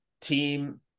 team